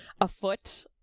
afoot